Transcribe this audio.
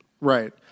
Right